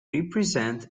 represent